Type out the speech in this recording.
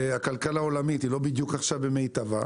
הכלכלה העולמית היא לא בדיוק עכשיו במיטבה.